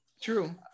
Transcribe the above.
true